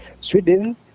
Sweden